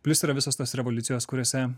plius yra visos tos revoliucijos kuriose